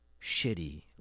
shitty